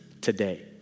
today